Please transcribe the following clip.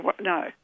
No